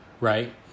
Right